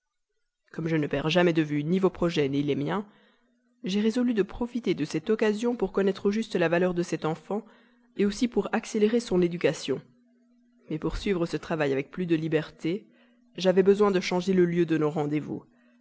comme je ne perds jamais de vue ni vos projets ni les miens j'ai résolu de profiter de cette occasion pour connaître au juste la valeur de cette enfant aussi pour accélérer son éducation mais pour suivre ce travail avec plus de liberté j'avais besoin de changer le lieu de nos rendez-vous